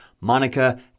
Monica